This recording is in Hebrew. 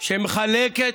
מחלקת,